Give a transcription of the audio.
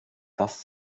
das